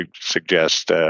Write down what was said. suggest